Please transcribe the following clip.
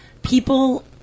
People